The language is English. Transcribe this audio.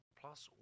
plus